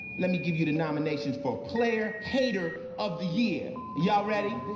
let me give you the nominations for player hater of the year. y'all ready?